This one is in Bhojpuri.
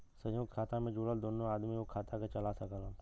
संयुक्त खाता मे जुड़ल दुन्नो आदमी उ खाता के चला सकलन